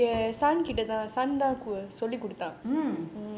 mm